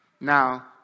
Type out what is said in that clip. Now